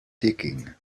digging